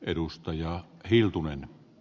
edustaja hiltunen ne